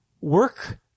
work